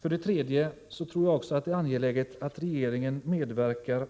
För det tredje är det angeläget att regeringen medverkar